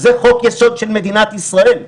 זה חוק יסוד של מדינת ישראל.